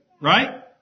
Right